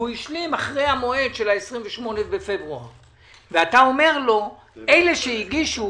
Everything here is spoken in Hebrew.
והשלים אחרי 28.2. אתה אומר לו: אלה שהגישו